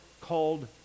called